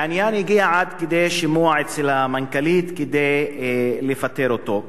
והעניין הגיע עד כדי שימוע אצל המנכ"לית כדי לפטר אותו,